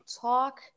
talk